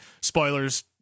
spoilers